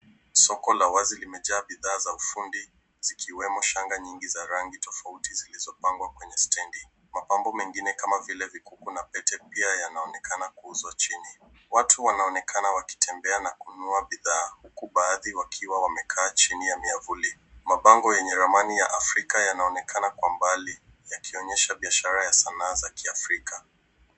Soko la wazi limejaa bidhaa za ufundi zikiwemo shanga nyingi za rangi tofauti zilizopangwa kwenye stendi. Mapambo mengine kama vile vikuku na pete pia yanaonekana kuuzwa chini. Watu wanaonekana wakitembea na kununua bidhaa, huku baadhi wakiwa wamekaa chini ya miavuli. Mabango yenye ramani ya Afrika yanaonekana kwa mbali yakionyesha biashara ya sanaa za kiafrika.